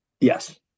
Yes